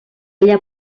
ella